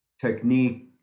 technique